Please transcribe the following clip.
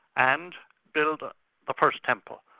and build a ah first temple,